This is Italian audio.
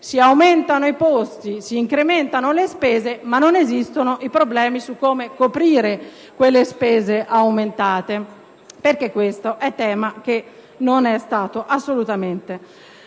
si aumentano i posti, si incrementano le uscite, ma non ci si pone il problema di come coprire le spese aumentate, perché questo tema non è stato assolutamente